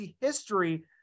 history